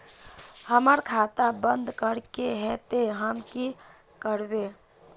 हमर खाता बंद करे के है ते हम की करबे?